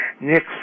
Nick